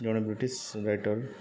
ଜଣେ British Writer